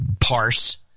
parse